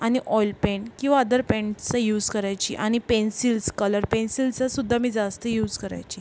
आणि oil paint किंवा other पेंटचा यूस करायची आणि पेन्सिल्स कलर पेन्सिलचासुद्धा मी जास्त यूस करायची